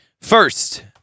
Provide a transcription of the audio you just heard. First